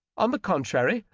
on the contrary,